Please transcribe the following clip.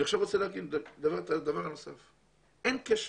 אני רוצה להגיד דבר נוסף: אין קשר